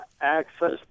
Access